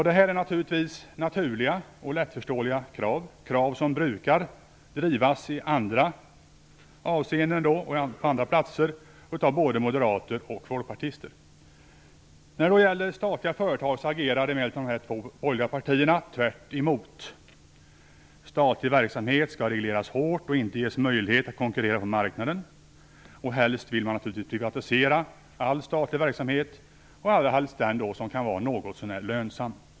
Detta är vanligtvis naturliga och lättförståeliga krav, krav som brukar drivas i andra sammanhang av både moderater och folkpartister. När det gäller statliga företag agerar emellertid dessa två borgerliga partier tvärt emot - "Statlig verksamhet skall regleras hårt och inte ges möjlighet att konkurrera på marknaden." Helst vill de naturligtvis privatisera all statlig verksamhet, allrahelst den som kan vara något så när lönsam.